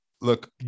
look